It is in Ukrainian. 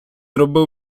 робив